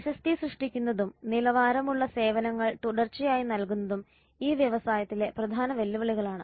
പ്രശസ്തി സൃഷ്ടിക്കുന്നതും നിലവാരമുള്ള സേവനങ്ങൾ തുടർച്ചയായി നൽകുന്നതും ഈ വ്യവസായത്തിലെ പ്രധാന വെല്ലുവിളികളാണ്